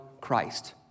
Christ